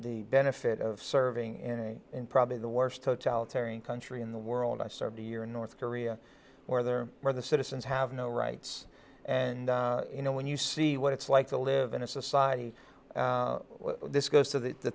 the benefit of serving in probably the worst totalitarian country in the world i served a year in north korea where there were the citizens have no rights and you know when you see what it's like to live in a society this goes to the t